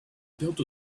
built